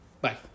bye